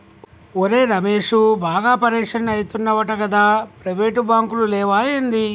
ఒరే రమేశూ, బాగా పరిషాన్ అయితున్నవటగదా, ప్రైవేటు బాంకులు లేవా ఏంది